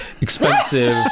expensive